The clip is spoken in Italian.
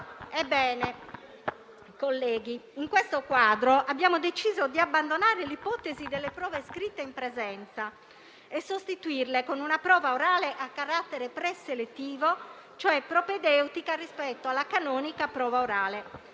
Ebbene, colleghi, in questo quadro abbiamo deciso di abbandonare l'ipotesi delle prove scritte in presenza e sostituirle con una prova orale a carattere preselettivo, cioè propedeutica rispetto alla canonica prova orale.